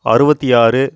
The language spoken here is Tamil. அறுபத்தி ஆறு